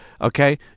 okay